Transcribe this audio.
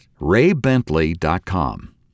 RayBentley.com